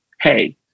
hey